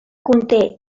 conté